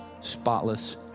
spotless